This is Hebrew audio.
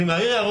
אני מעיר הערות.